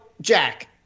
Jack